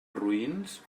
roïns